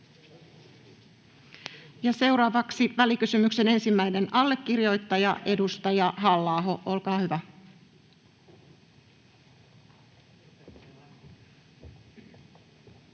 seuraavaksi välikysymyksen ensimmäinen allekirjoittaja, edustaja Halla-aho. Olkaa hyvä.